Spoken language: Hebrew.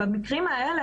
במקרים האלה,